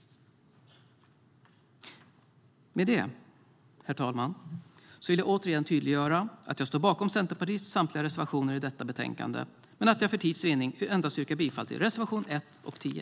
Med det, herr talman, vill jag återigen tydliggöra att jag står bakom Centerpartiets samtliga reservationer i detta betänkande men att jag för tids vinnande endast yrkar bifall till reservationerna 1 och 10.